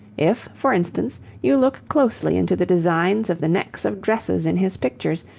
if, for instance, you look closely into the designs of the necks of dresses in his pictures,